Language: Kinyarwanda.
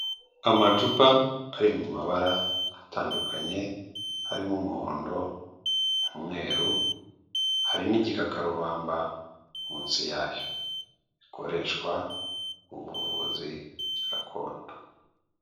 Amacupa ari mu mabara atandukanye, harimo umuhondo, umweru, hari n'igikakarubamba munsi yayo. Gikoreshwa mu buvuzi gakondo.